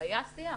היה שיח,